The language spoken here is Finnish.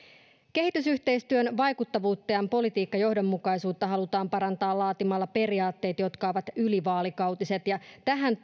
kehitysyhteistyön vaikuttavuutta ja politiikkajohdonmukaisuutta halutaan parantaa laatimalla periaatteet jotka ovat ylivaalikautiset ja tähän